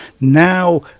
Now